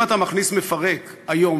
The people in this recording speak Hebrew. אם אתה מכניס מפרק היום,